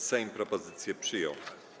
Sejm propozycję przyjął.